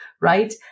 right